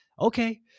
Okay